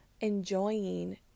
enjoying